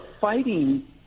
fighting